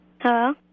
Hello